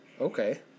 Okay